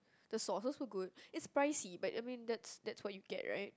the sauces were good it's pricey but I mean that's that's what you get right